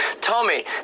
Tommy